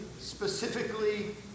Specifically